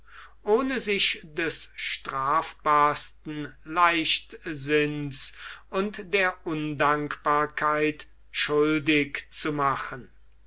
ohne sich des strafbarsten leichtsinns und der undankbarkeit schuldig zu machen